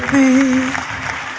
the